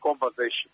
conversation